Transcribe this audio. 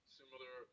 similar